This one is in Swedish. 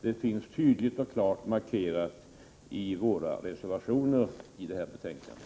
Det finns klart och tydligt markerat i våra reservationer till detta betänkande.